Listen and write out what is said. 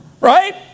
Right